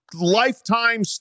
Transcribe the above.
lifetime